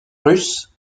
russe